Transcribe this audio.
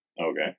Okay